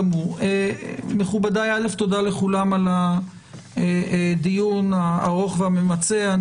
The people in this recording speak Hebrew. מכובדיי, תודה לכולם על הדיון הארוך והממצה.